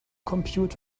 compute